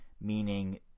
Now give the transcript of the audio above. meaning